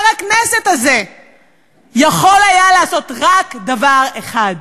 הכנסת הזה יכול היה לעשות רק דבר אחד: